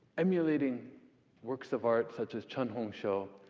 emulating works of art, such as chen hongshou,